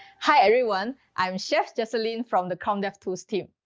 hi everyone, i'm chef jecelyn from the chrome devtools team.